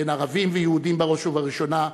בין ערבים ויהודים בראש ובראשונה,